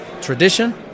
tradition